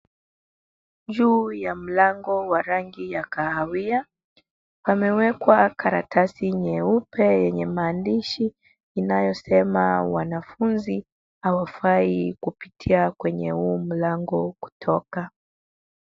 Juu ya mlango wa rangi ya kahawia pamewekwa karatasi nyeupe yenye maandishi inayosema wanafunzi hawafai kupitia kwenye huu mlango kutoka.